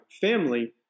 family